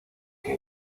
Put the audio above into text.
que